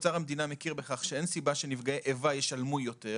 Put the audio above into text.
אוצר המדינה מכיר בכך שאין סיבה שנפגעי איבה ישלמו יותר,